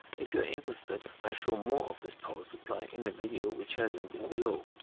if you are interested, i showed more of this power supply in a video which i link in below.